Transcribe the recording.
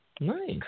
nice